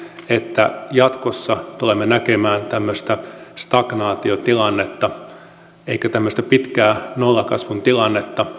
että jatkossa tulemme näkemään tämmöistä stagnaatiotilannetta elikkä tämmöistä pitkää nollakasvun tilannetta